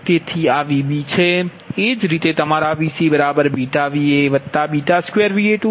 તેથી આ Vb છે એ જ રીતે તમારા VcβVa12Va2Va0 આ છે